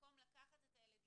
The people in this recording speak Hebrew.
במקום לקחת את הילד,